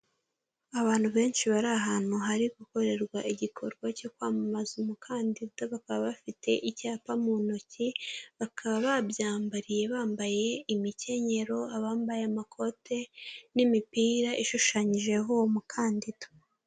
Abantu benshi bari ahantu hari gukorerwa igikorwa cyo kwamamaza umukandida, bakaba bafite icyapa mu ntoki, bakaba babyambariye bambaye imikenyero, abambaye amakote, n'imipira ishushanyijeho uwo mukandida.